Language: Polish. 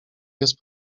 jest